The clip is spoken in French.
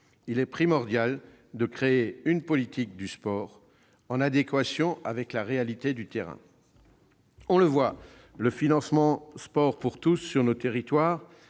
Il est primordial de créer une politique du sport en adéquation avec la réalité du terrain. On le voit, le financement du sport pour tous n'est